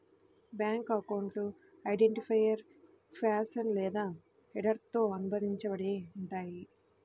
bank అకౌంట్లు identifier caption లేదా హెడర్తో అనుబంధించబడి ఉంటయ్యి